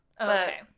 okay